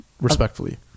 respectfully